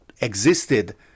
existed